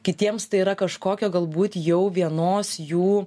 kitiems tai yra kažkokio galbūt jau vienos jų